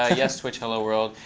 ah yes twitchhelloworld.